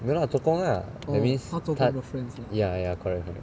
做工 lah that means 她 ya ya correct correct